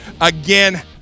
Again